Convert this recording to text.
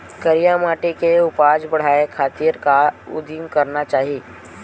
करिया माटी के उपज बढ़ाये खातिर का उदिम करना चाही?